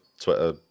Twitter